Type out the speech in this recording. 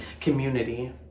community